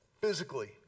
Physically